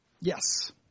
Yes